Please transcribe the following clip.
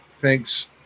Thanks